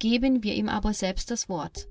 geben wir ihm aber selbst das wort